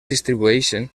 distribueixen